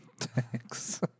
Thanks